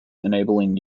enabling